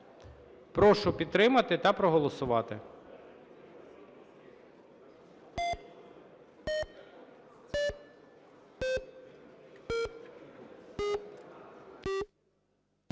Прошу підтримати та проголосувати.